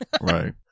Right